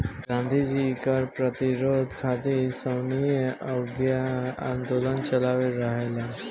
गांधी जी कर प्रतिरोध खातिर सविनय अवज्ञा आन्दोलन चालवले रहलन